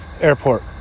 Airport